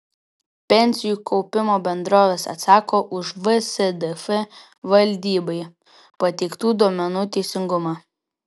pensijų kaupimo bendrovės atsako už vsdf valdybai pateiktų duomenų teisingumą